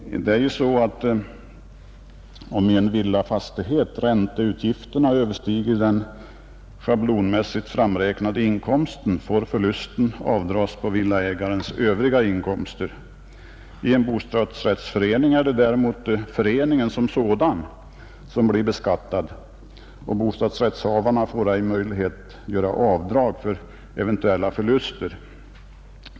Om ränteutgifterna för en villafastighet överstiger den schablonmässigt framräknade inkomsten, får förlusten dras av på villaägarens övriga inkomster. I en bostadsrättsförening är det däremot föreningen som sådan som blir beskattad, och där får bostadsrättsinnehavarna inte någon möjlighet att göra avdrag för eventuella förluster.